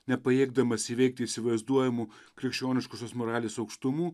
nepajėgdamas įveikti įsivaizduojamų krikščioniškosios moralės aukštumų